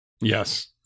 Yes